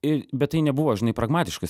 i bet tai nebuvo žinai pragmatiškas